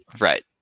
right